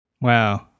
Wow